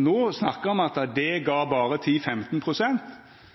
No snakkar ein om at det berre gav